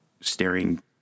staring